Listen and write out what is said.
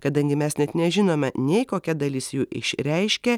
kadangi mes net nežinome nei kokia dalis jų išreiškia